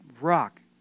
rock